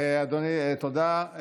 אדוני, תודה.